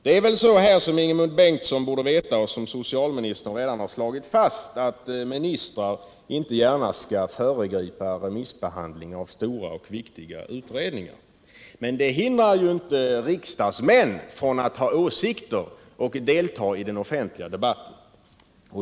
Det är väl så, vilket Ingemund Bengtsson borde veta och socialministern redan slagit fast, att ministrar inte gärna skall föregripa remissbe ekonomiska grundtrygghet ekonomiska grundtrygghet handlingen av stora och viktiga utredningar. Men det hindrar ju inte riksdagsmän från att ha åsikter och delta i den offentliga debatten.